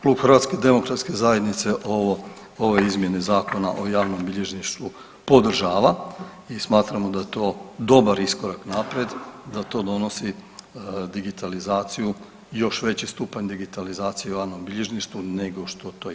Klub HDZ ovo, ove izmjene Zakona o javnom bilježništvu podržava i smatramo da je to dobar iskorak naprijed, da to donosi digitalizaciju i još veći stupanj digitalizacije o javnom bilježništvu nego što to je.